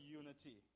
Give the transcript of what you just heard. unity